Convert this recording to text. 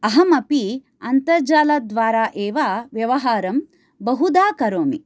अहमपि अन्तर्जालद्वारा एव व्यवहारं बहुधा करोमि